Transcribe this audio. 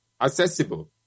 accessible